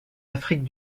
afrique